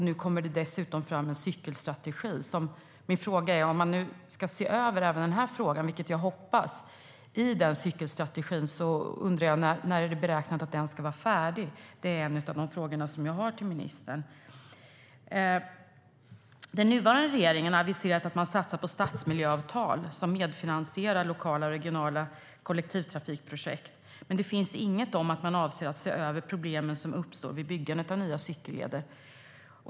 Nu kommer det dessutom fram en cykelstrategi. Om man nu ska göra en översyn även av den här frågan i cykelstrategin, vilket jag hoppas, undrar jag när det är beräknat att den ska vara färdig. Det är en av de frågor som jag har till ministern. Den nuvarande regeringen har aviserat en satsning på stadsmiljöavtal som medfinansierar lokala och regionala kollektivtrafikprojekt, men det finns inget om att man avser att se över problemen som uppstår vid byggandet av nya cykelleder.